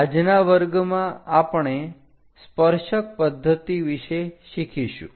આજના વર્ગમાં આપણે સ્પર્શક પદ્ધતિ વિશે શિખીશું